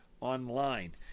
online